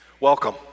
Welcome